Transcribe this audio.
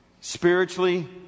Spiritually